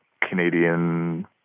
Canadian